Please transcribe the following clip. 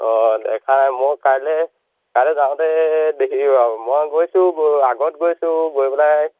অঁ দেখা মই কাইলৈ কাইলৈ যাওঁতে দেখিম আৰু মই গৈছো আগত গৈছো গৈ পেলাই